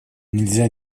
нельзя